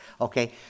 Okay